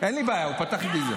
אין לי בעיה, הוא פתח עם זה.